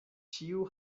ĉiu